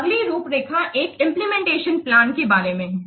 अगली रूपरेखा एक इंप्लीमेंटेशन प्लान implementation plan के बारे में है